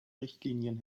richtlinien